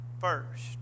First